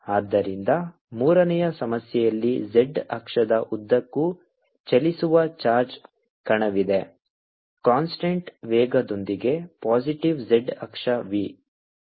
ಆದ್ದರಿಂದ ಮೂರನೇ ಸಮಸ್ಯೆಯಲ್ಲಿ z ಅಕ್ಷದ ಉದ್ದಕ್ಕೂ ಚಲಿಸುವ ಚಾರ್ಜ್ ಕಣವಿದೆ ಕಾನ್ಸ್ಟಂಟ್ ವೇಗದೊಂದಿಗೆ ಪಾಸಿಟಿವ್ z ಅಕ್ಷ V